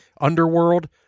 Underworld